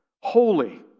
holy